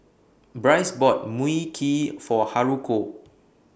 Brice bought Mui Kee For Haruko